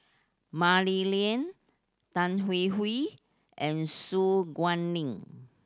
Mah Li Lian Tan Hwee Hwee and Su Guaning